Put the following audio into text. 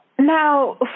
Now